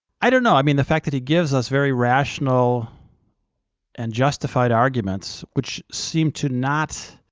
i don't know i mean, the fact that he gives us very rational and justified arguments which seem to not